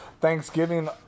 Thanksgiving